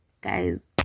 Guys